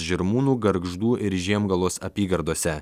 žirmūnų gargždų ir žiemgalos apygardose